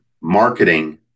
marketing